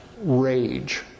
rage